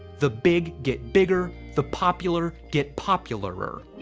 the big get bigger, the popular get popular-er.